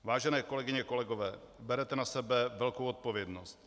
Vážené kolegyně, kolegové, berete na sebe velkou odpovědnost.